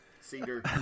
Cedar